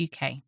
uk